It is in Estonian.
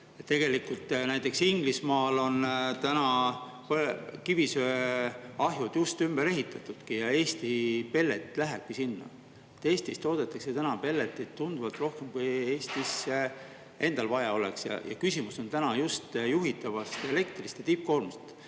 Tegelikult näiteks Inglismaal on kivisöeahjud just ümber ehitatud ja Eesti pellet lähebki sinna. Eestis toodetakse pelleteid tunduvalt rohkem, kui Eestil endal vaja oleks. Küsimus on just juhitavas elektris ja tippkoormuses.